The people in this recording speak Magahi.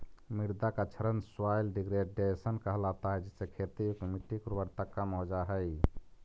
मृदा का क्षरण सॉइल डिग्रेडेशन कहलाता है जिससे खेती युक्त मिट्टी की उर्वरता कम हो जा हई